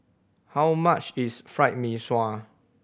how much is Fried Mee Sua